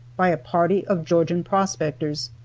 by a party of georgian prospectors,